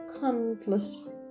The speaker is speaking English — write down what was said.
countless